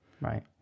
Right